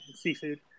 seafood